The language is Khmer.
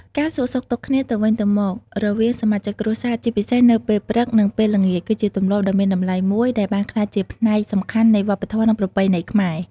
ការសួរសុខទុក្ខគ្នាទៅវិញទៅមករវាងសមាជិកគ្រួសារ ជាពិសេសនៅពេលព្រឹក និងពេលល្ងាច គឺជាទម្លាប់ដ៏មានតម្លៃមួយដែលបានក្លាយជាផ្នែកសំខាន់នៃវប្បធម៌ និងប្រពៃណីខ្មែរ។